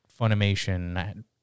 Funimation